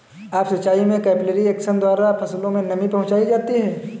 up सिचाई में capillary action द्वारा फसलों में नमी पहुंचाई जाती है